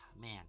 man